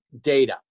data